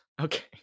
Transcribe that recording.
Okay